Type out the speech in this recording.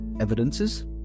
evidences